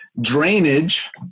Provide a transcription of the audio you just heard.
Drainage